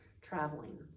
traveling